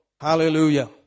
Hallelujah